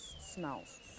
smells